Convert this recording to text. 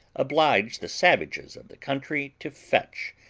obliged the savages of the country to fetch,